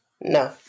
No